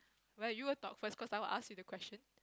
well you will talk first cause I will ask you the question